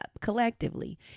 collectively